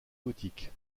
gothique